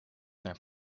naar